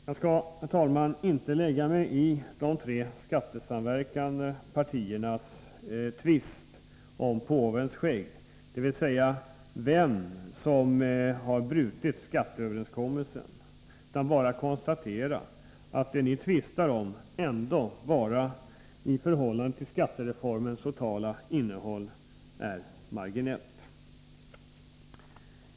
Jag skall, herr talman, inte lägga mig i de tre skattesamverkande partiernas tvist om påvens skägg, dvs. vem som har brutit skatteöverenskommelsen, utan bara konstatera att det ni tvistar om ändå bara i förhållande till skattereformens totala innehåll är marginellt.